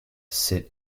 sit